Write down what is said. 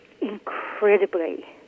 incredibly